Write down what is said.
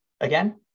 again